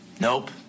Nope